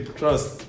trust